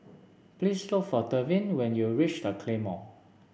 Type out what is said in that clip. please look for Tevin when you reach The Claymore